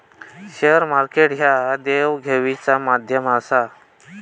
share market ह्या देवघेवीचा माध्यम आसा